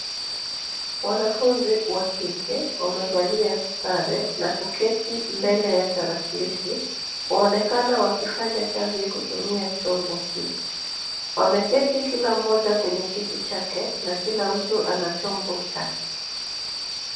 Wanafunzi wa kike wamevalia sare na kuketi mbele ya tarakilishi. Waonekana wakifanya kazi kutumia chombo hii. Wameketi kila mmoja kwenye kiti chake na kila mtu ana chombo chake.